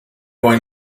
going